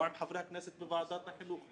לא עם חברי הכנסת בוועדת החינוך.